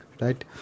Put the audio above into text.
right